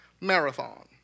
marathon